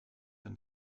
and